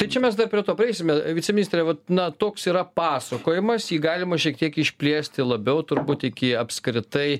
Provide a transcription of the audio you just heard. tai čia mes dar prie to prieisime viceministre vat na toks yra pasakojimas jį galima šiek tiek išplėsti labiau turbūt iki apskritai